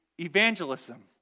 evangelism